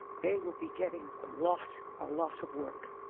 they will be getting a lot, a lot of work.